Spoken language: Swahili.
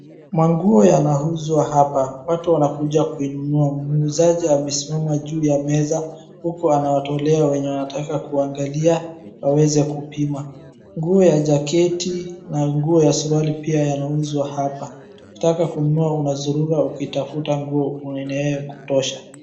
Manguo yanauzwa hapa, watu wanakuja kuinunua. Muuzaji amesimama juu ya meza huku anawatolea wenye wanataka kuangalia waweze kupima, nguo ya jaketi na nguo ya suruali pia yanauzwa hapa, ukitaka kununua unazurura ukitafuta nguo inayokutosha.